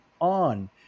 on